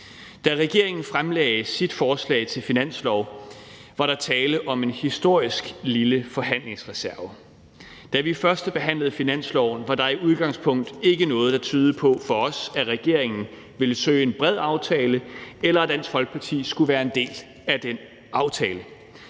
Da regeringen fremlagde sit forslag til finanslov, var der tale om en historisk lille forhandlingsreserve. Da vi førstebehandlede finanslovsforslaget, var der i udgangspunktet ikke noget, der for os tydede på, at regeringen ville søge en bred aftale, eller at Dansk Folkeparti skulle være en del af den aftale.